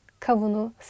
kavunu